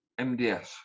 MDS